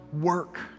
work